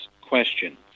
question